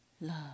love